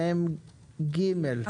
אין נמנעים ואין מתנגדים.